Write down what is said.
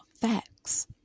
facts